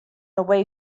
away